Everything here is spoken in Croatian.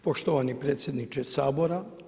Poštovani predsjedniče Sabora.